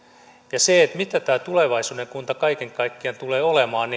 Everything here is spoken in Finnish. sitä työtä mitä tämä tulevaisuuden kunta kaiken kaikkiaan tulee olemaan